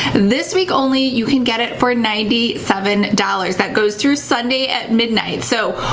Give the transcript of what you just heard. this week only, you can get it for ninety seven dollars. that goes through sunday at midnight. so,